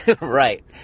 Right